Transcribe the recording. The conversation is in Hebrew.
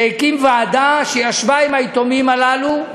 שהקים ועדה שישבה עם היתומים הללו,